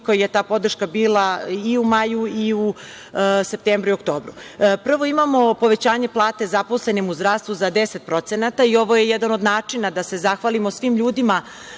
koliko je ta podrška bila i u maju i u septembru i oktobru. Prvo imamo povećanje plata zaposlenim u zdravstvu za 10% i ovo je jedan od načina da se zahvalimo svim ljudima